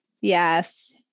Yes